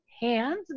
hands